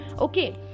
okay